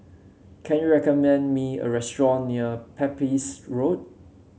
can you recommend me a restaurant near Pepys Road